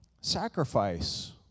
sacrifice